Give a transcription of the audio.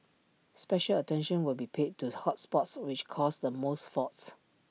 special attention will be paid to the hot spots which cause the most faults